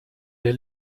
der